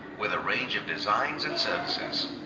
with a range of designs and services.